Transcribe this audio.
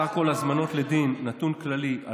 סך כל ההזמנות לדין: נתון כללי,